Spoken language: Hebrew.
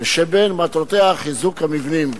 ושבין מטרותיה חיזוק המבנים.